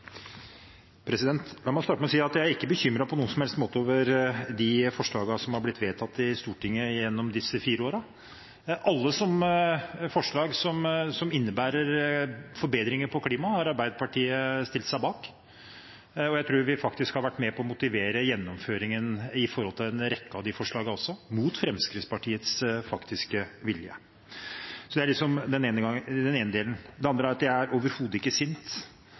La meg starte med å si at jeg ikke er bekymret på noen som helst måte over de forslagene som har blitt vedtatt i Stortinget gjennom disse fire årene. Alle forslag som innebærer forbedringer på klima, har Arbeiderpartiet stilt seg bak, og jeg tror vi har vært med på å motivere gjennomføringen av en rekke av de forslagene også, mot Fremskrittspartiets faktiske vilje. Det er den ene delen. Den andre delen er at jeg overhodet ikke er sint.